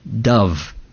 dove